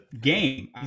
game